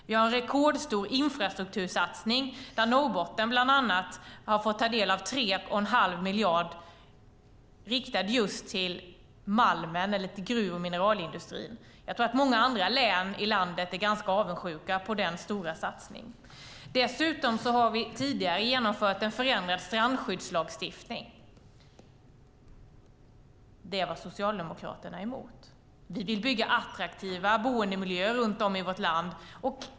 Vi har en rekordstor infrastruktursatsning där bland annat Norrbotten har fått ta del av 3 1⁄2 miljard, riktat just till gruv och mineralindustrin. Jag tror att många andra län i landet är ganska avundsjuka på den stora satsningen. Dessutom har vi tidigare genomfört en förändrad strandskyddslagstiftning. Det var Socialdemokraterna emot.